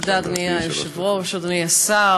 תודה, אדוני היושב-ראש, אדוני השר,